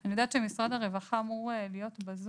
אני יודעת שמשרד הרווחה אמור להיות בזום.